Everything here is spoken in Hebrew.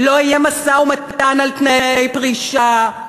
לא יהיה משא-ומתן על תנאי פרישה,